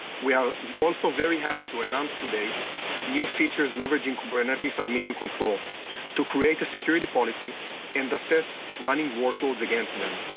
we are also very happy to announce today new features leveraging kubernetes submission control to create a security policy indices running workloads against them,